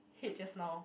head just now